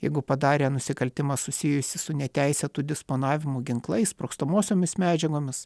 jeigu padarė nusikaltimą susijusį su neteisėtu disponavimu ginklais sprogstamosiomis medžiagomis